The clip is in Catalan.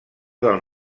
del